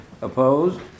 Opposed